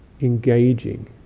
engaging